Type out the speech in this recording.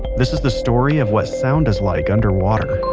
this is the story of what sound is like under water